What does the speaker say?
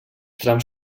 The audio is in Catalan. trams